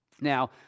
Now